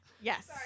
Yes